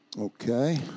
Okay